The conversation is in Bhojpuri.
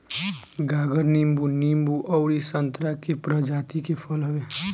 गागर नींबू, नींबू अउरी संतरा के प्रजाति के फल हवे